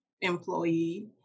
employee